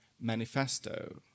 manifesto